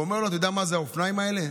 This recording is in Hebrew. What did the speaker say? הוא אומר לו: אתה יודע מה זה האופניים האלה?